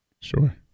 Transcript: Sure